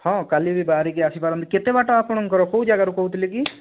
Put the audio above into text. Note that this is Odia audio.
ହଁ କାଲି ବି ବାହରିକି ଆସି ପାରନ୍ତି କେତେ ବାଟ ଆପଣଙ୍କର୍ କେଉଁ ଜାଗାରୁ କହୁଥିଲେ କି